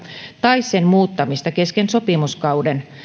tai sen muuttamista kesken sopimuskauden